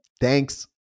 Thanks